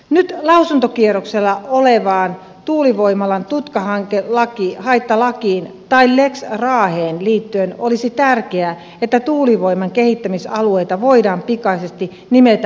nyt lausuntokierroksella olevaan tuulivoimalan tutkahaittalakiin eli lex raaheen liittyen olisi tärkeää että tuulivoiman kehittämisalueita voidaan pikaisesti nimetä muuallekin suomeen